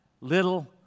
little